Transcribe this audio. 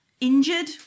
injured